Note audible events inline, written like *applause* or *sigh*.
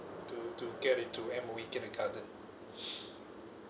to to get it to M_O_E kindergarten *breath*